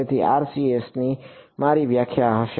તેથી RCS ની મારી વ્યાખ્યા હશે